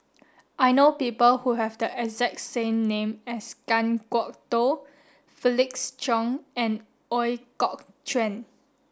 I know people who have the exact name as Kan Kwok Toh Felix Cheong and Ooi Kok Chuen